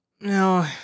No